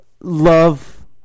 love